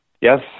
yes